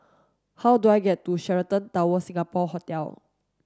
how do I get to Sheraton Towers Singapore Hotel